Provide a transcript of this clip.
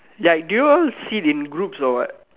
like do you all sit in groups or what